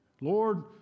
Lord